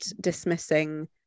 dismissing